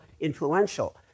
influential